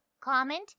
comment